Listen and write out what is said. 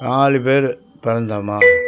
நாலு பேர் பிறந்தோமா